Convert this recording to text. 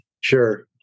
Sure